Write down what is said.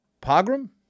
Pogrom